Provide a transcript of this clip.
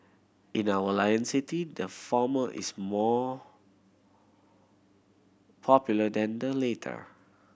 in our Lion City the former is more popular than the later